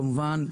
כמובן,